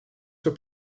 für